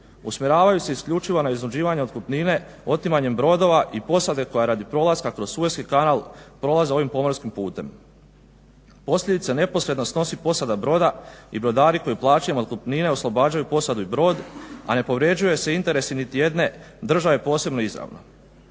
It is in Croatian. Usmjeravaju se isključivo na iznuđivanje otkupnine otimanjem brodova i posade koja radi prolaska kroz Sueski kanal prolazi ovim pomorskim putem. Posljedice neposredno snosi posada broda i brodari koji plaćanjem otkupnine oslobađaju posadu i brod, a ne povređuju se interesi niti jedne države posebno izravno.